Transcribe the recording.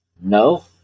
no